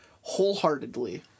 wholeheartedly